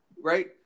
Right